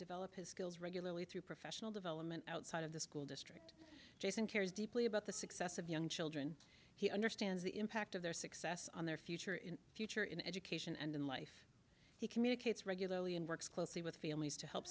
develop his skills regularly through professional development outside of the school district jason cares deeply about the success of young children he understands the impact of their success on their future in the future in education and in life he communicates regularly and works closely with families to help